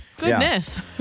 goodness